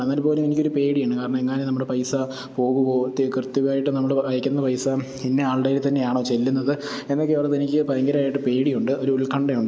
എന്നാൽപ്പോലും എനിക്കൊരു പേടിയാണ് കാരണം എങ്ങാനും നമ്മുടെ പൈസ പോകുമോ കൃത്യമായിട്ടും നമ്മൾ അയക്കുന്ന പൈസ ഇന്നയാളുടെ കയ്യിൽ തന്നെയാണോ ചെല്ലുന്നത് എന്നൊക്കെയോർത്ത് എനിക്ക് ഭയങ്കരമായിട്ട് പേടിയുണ്ട് ഒരു ഉത്കണ്ഠയുണ്ട്